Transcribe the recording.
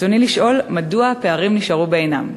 רצוני לשאול: מדוע נשארו הפערים בעינם?